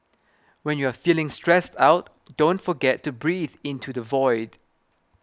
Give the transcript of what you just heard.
when you are feeling stressed out don't forget to breathe into the void